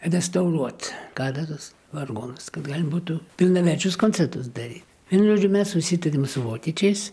restauruot katedros vargonus kad galim būtų pilnaverčius koncertus daryt vienu žodžiu mes susitarėm su vokiečiais